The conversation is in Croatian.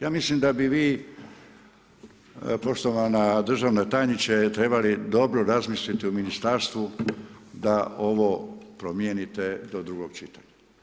Ja mislim da bi vi poštovana državna tajnice trebali dobro razmisliti o ministarstvu da ovo promijenite do drugog čitanja.